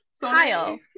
Kyle